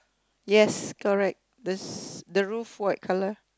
yes correct this the roof white colour